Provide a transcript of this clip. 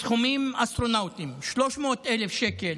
בסכומים אסטרונומיים, 300,000 שקלים,